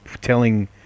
telling